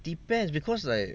depends because like